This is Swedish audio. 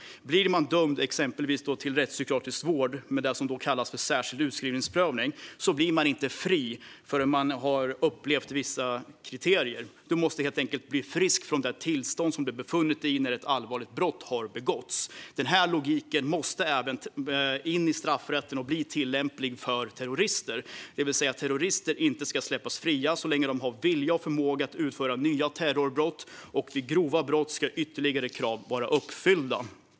Blir man dömd till exempelvis rättspsykiatrisk vård med det som kallas särskild utskrivningsprövning blir man inte fri förrän man levt upp till vissa kriterier. Du måste helt enkelt bli frisk från det tillstånd du befunnit dig i när ett allvarligt brott begåtts. Den här logiken måste även in i straffrätten och bli tillämplig på terrorister. Terrorister ska inte släppas fria så länge de har vilja och förmåga att utföra nya terrorbrott, och vid grova brott ska ytterligare krav vara uppfyllda.